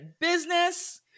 Business